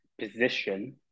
position